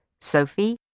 Sophie